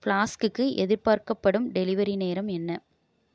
ஃப்ளாஸ்க்குக்கு எதிர்பார்க்கப்படும் டெலிவரி நேரம் என்ன